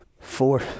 four